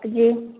जी